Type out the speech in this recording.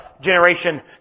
generation